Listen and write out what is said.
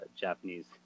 Japanese